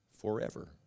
forever